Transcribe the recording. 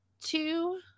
two